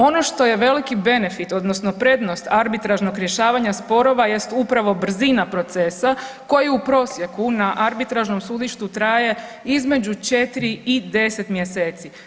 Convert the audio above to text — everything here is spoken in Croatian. Ono što je veliki benefit odnosno prednost arbitražnog rješavanja sporova jest upravo brzina procesa koji u procesu na arbitražnom sudištu traje izmešu 4 i 10. mjeseci.